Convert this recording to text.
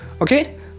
okay